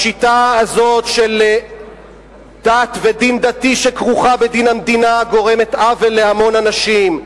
השיטה הזאת של דת ודין דתי שכרוכים בדין המדינה גורמת עוול להמון אנשים,